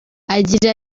agira